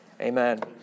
Amen